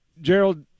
Gerald